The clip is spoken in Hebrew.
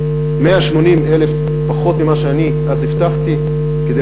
180,000 פחות ממה שאני אז הבטחתי כדי